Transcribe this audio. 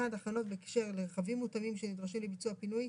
הכנות בהקשר לרכבים מותאמים שנדרשים לביצוע הפינוי,